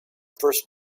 first